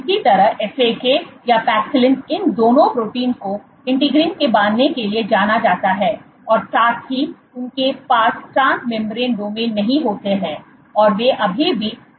इसी तरह FAK या पैक्सिलिन इन दोनों प्रोटीन को इंटीग्रीन से बांधने के लिए जाना जाता है और साथ ही उनके पास ट्रांस मेंब्रेन डोमेन नहीं होते हैं और वे अभी भी साइटोस्केलेटल प्रोटीन हैं